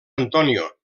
antonio